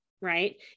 right